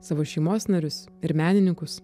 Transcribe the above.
savo šeimos narius ir menininkus